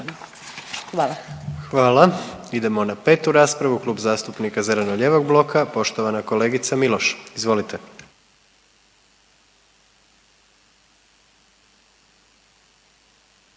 (HDZ)** Hvala. Idemo na petu raspravu, Klub zastupnika zeleno-lijevog bloka, poštovana kolegica Miloš. Izvolite.